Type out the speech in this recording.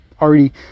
already